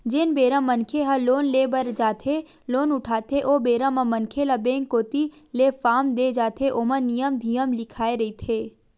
जेन बेरा मनखे ह लोन ले बर जाथे लोन उठाथे ओ बेरा म मनखे ल बेंक कोती ले फारम देय जाथे ओमा नियम धियम लिखाए रहिथे